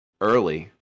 early